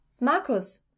Markus